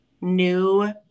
new